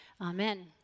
Amen